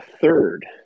third